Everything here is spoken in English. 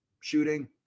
Shooting